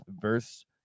verse